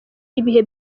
ibihe